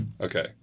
Okay